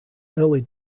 early